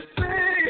say